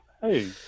hey